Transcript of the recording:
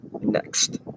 next